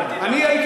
לא, אני הייתי.